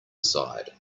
side